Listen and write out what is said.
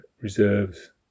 reserves